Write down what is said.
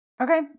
Okay